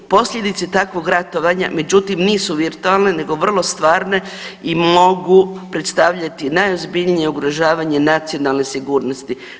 Posljedice takvog ratovanja međutim nisu virtualne nego vrlo stvarne i mogu predstavljati najozbiljnije ugrožavanje nacionalne sigurnosti.